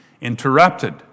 interrupted